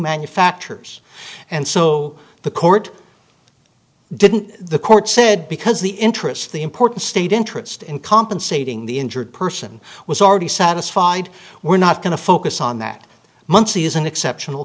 manufacturers and so the court didn't the court said because the interest the important state interest in compensating the injured person was already satisfied we're not going to focus on that muncie is an exceptional